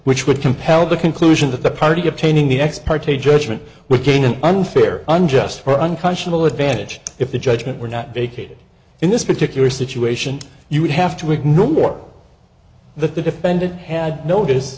which would compel the conclusion that the party obtaining the ex parte judgment would gain an unfair unjust for unconscionable advantage if the judgment were not vacated in this particular situation you would have to ignore the the defendant had notice